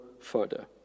further